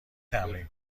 تمرین